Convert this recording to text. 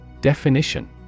Definition